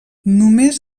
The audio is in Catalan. només